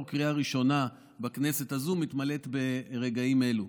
בקריאה ראשונה בכנסת הזאת מתמלאת ברגעים אלה.